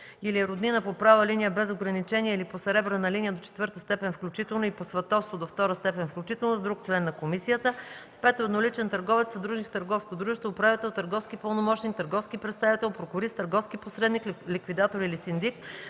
или е роднина по права линия без ограничения или по съребрена линия до четвърта степен включително и по сватовство до втора степен включително с друг член на комисията; 5. едноличен търговец, съдружник в търговско дружество, управител, търговски пълномощник, търговски представител, прокурист, търговски посредник, ликвидатор или синдик,